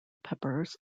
peppers